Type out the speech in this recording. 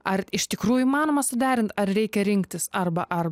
ar iš tikrųjų įmanoma suderint ar reikia rinktis arba ar